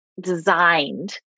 designed